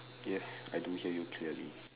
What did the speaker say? yes I do hear you clearly